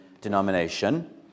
denomination